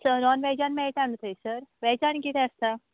so नॉन वॅजान मेळटा न्हू थंयसर वॅजान कितें आसता